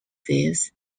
this